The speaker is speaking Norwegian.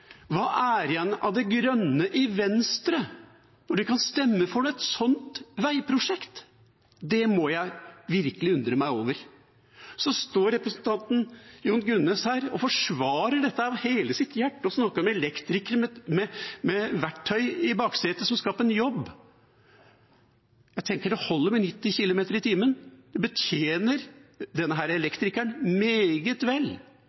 Hva er igjen av det grønne i Venstre når de kan stemme for et sånt veiprosjekt? Det må jeg virkelig undre meg over. Representanten Jon Gunnes står her og forsvarer dette av hele sitt hjerte og snakker om en elektriker med verktøy i baksetet som skal på en jobb. Jeg tenker det holder med 90 kilometer i timen. Det betjener denne elektrikeren meget vel.